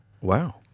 Wow